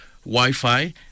Wi-Fi